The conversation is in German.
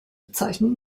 bezeichnen